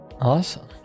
Awesome